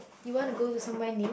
you want to go to somewhere new